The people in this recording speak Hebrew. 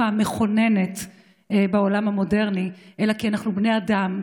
המכוננת בעולם המודרני אלא כי אנחנו בני אדם,